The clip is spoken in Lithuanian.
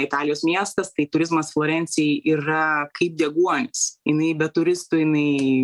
italijos miestas tai turizmas florencijai yra kaip deguonis jinai be turistų jinai